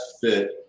fit